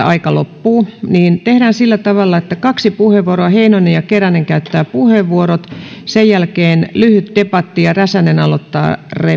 aika loppuu niin tehdään sillä tavalla että otetaan kaksi puheenvuoroa heinonen ja keränen käyttävät puheenvuorot sen jälkeen lyhyt debatti ja räsänen aloittaa